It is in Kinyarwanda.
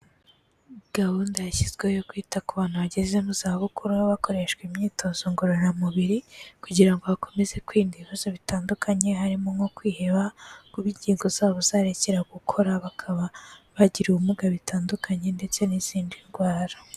Gahunda yashyizweho yo kwita ku bantu bageze mu zabukuru bakoreshwa imyitozo ngororamubiri kugira ngo bakomeze kwirinda ibibazo bitandukanye, harimo nko kwiheba, kuba inkingo zabo zarekera gukora bakaba bagira ubumuga bitandukanye ndetse n'izindi ndwara.